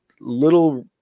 little